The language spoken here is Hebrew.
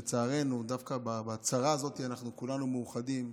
לצערנו, דווקא בצרה הזו כולנו מאוחדים.